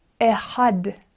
Ehad